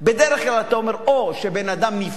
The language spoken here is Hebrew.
בדרך כלל אתה אומר, או שבן-אדם נפגע